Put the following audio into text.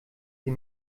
sie